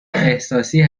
احساسی